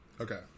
Okay